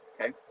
Okay